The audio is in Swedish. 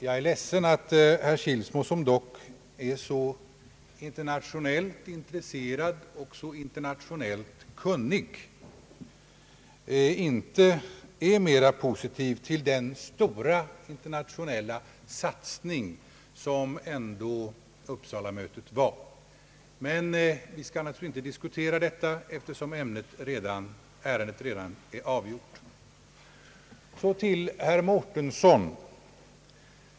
Jag är ledsen att herr Kilsmo, som dock är så internationellt intresserad och så internationellt kunnig, inte är mera positiv till den stora internationella satsning som Uppsalamötet ändå var. Men vi skall inte diskutera detta, eftersom ärendet redan är avgjort. Så några ord till herr Mårtensson.